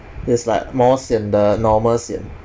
it's like more sian than normal sian